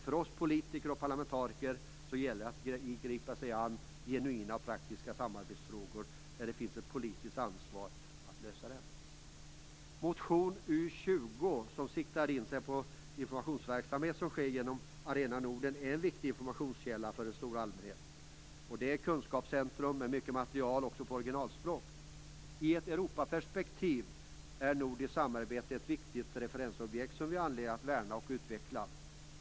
För oss politiker och parlamentariker gäller det att ta sig an genuina och praktiska samarbetsfrågor där det finns ett politiskt ansvar för att lösa nämnda frågor. I motion U20 siktar man in sig på informationsverksamhet genom Arena Norden, som är en viktig informationskälla för den stora allmänheten. Det är ett kunskapscentrum med mycket material, också på originalspråket. I ett Europaperspektiv är nordiskt samarbete ett viktigt referensobjekt som vi har anledning att värna och utveckla.